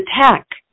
tech